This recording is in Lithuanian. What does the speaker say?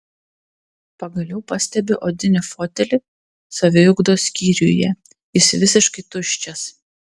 pagaliau pastebiu odinį fotelį saviugdos skyriuje jis visiškai tuščias